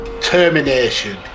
termination